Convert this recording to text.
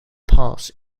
pass